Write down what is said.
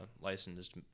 licensed